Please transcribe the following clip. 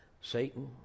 Satan